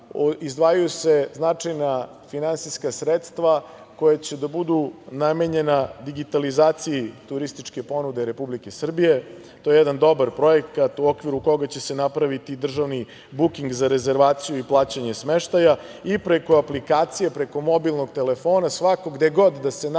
izdvajaju se značajna finansijska sredstva koja će da budu namenjena digitalizaciji turističke ponude Republike Srbije. To je jedan dobar projekat u okviru koga će se napraviti državni buking za rezervaciju i plaćanje smeštaja i preko aplikacije, preko mobilnog telefona, svako, gde god da se nađe